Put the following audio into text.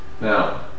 Now